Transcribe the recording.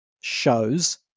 shows